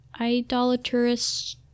idolatrous